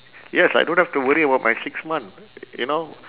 yes I don't have to worry about my six month you know